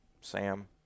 sam